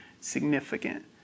significant